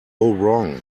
wrong